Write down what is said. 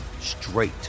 straight